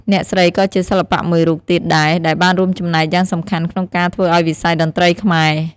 អ្នកស្រីក៏ជាសិល្បៈមួយរូបទៀតដែរ ដែលបានរួមចំណែកយ៉ាងសំខាន់ក្នុងការធ្វើឱ្យវិស័យតន្ត្រីខ្មែរ។